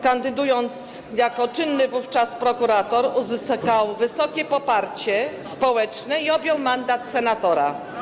Kandydując jako czynny wówczas prokurator, uzyskał wysokie poparcie społeczne i objął mandat senatora.